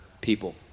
people